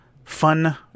fun